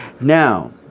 now